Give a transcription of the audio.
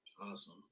awesome